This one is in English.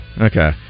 Okay